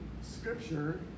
scripture